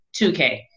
2k